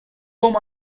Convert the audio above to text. home